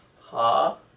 ha